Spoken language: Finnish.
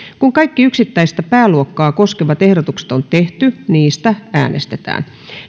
kun kaikki yksittäistä pääluokkaa koskevat ehdotukset on tehty niistä äänestetään